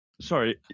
sorry